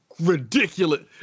ridiculous